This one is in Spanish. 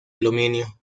aluminio